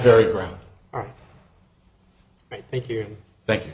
very ground thank you thank you